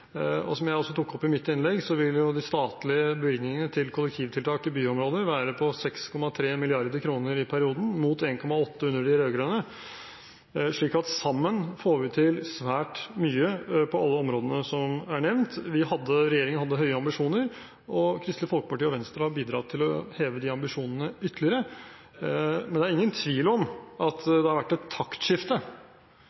Som jeg også tok opp i mitt innlegg, vil de statlige bevilgningene til kollektivtiltak i byområdene være på 6,3 mrd. kr i perioden, mot 1,8 mrd. kr under de rød-grønne, slik at sammen får vi til svært mye på alle områdene som er nevnt. Regjeringen hadde høye ambisjoner, og Kristelig Folkeparti og Venstre har bidratt til å heve de ambisjonene ytterligere. Men det er ingen tvil om at